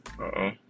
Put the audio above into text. Uh-oh